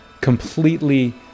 completely